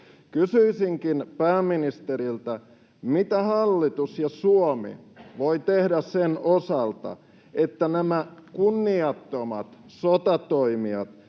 Kysyisinkin pääministeriltä: mitä hallitus ja Suomi voivat tehdä sen osalta, että nämä kunniattomat sotatoimijat,